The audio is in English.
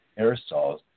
aerosols